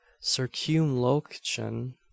circumlocution